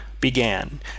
began